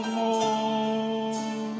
more